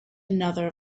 another